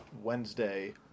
Wednesday